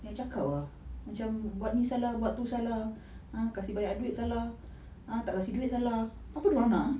banyak cakap ah macam buat ni salah buat tu salah ah kasi banyak duit salah ah tak kasi duit salah apa dorang nak ah